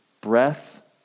Breath